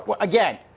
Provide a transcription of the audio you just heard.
Again